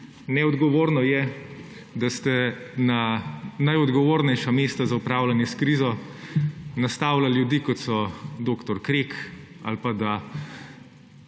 Neodgovorno je, da ste na najodgovornejša mesta za upravljanje s krizo nastavljali ljudi, kot so dr. Krek, ali pa da